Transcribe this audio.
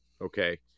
Okay